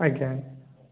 ଆଜ୍ଞା ଆଜ୍ଞା